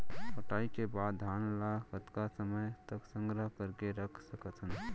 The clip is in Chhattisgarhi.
कटाई के बाद धान ला कतका समय तक संग्रह करके रख सकथन?